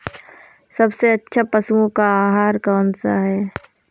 सबसे अच्छा पशुओं का आहार कौन सा होता है?